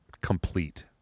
complete